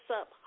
Up